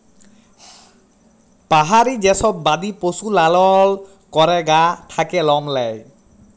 পাহাড়ি যে সব বাদি পশু লালল ক্যরে গা থাক্যে লম লেয়